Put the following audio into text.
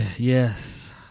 Yes